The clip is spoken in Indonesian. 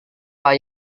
pak